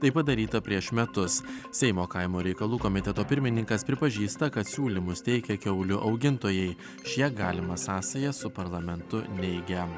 tai padaryta prieš metus seimo kaimo reikalų komiteto pirmininkas pripažįsta kad siūlymus teikia kiaulių augintojai šią galimą sąsają su parlamentu neigia